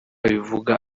abivuga